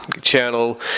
channel